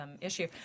issue